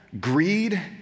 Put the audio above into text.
greed